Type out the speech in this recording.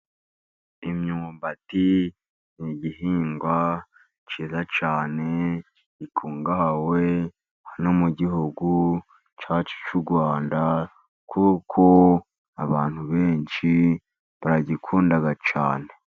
Imyumbati ni igihingwa cyiza cyane, gikungahawe no mu gihugu cyacu cy'u Rwanda, kuko abantu benshi baragikunda cyane.